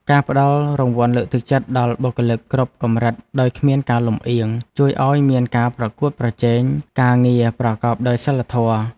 ការផ្តល់រង្វាន់លើកទឹកចិត្តដល់បុគ្គលិកគ្រប់កម្រិតដោយគ្មានការលម្អៀង ជួយឱ្យមានការប្រកួតប្រជែងការងារប្រកបដោយសីលធម៌។